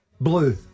Blue